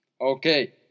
Okay